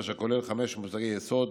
אשר כולל חמישה מושגי יסוד: